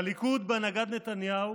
הליכוד בהנהגת נתניהו